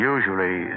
Usually